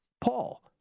Paul